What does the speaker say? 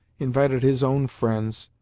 invited his own friends,